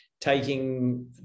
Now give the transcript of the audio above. taking